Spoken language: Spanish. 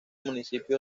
municipio